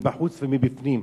מבחוץ ומבפנים,